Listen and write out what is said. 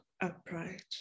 upright